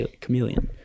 chameleon